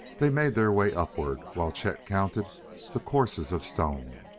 they made their way upward while chet counted the courses of stone.